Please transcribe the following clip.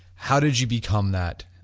how did you become that,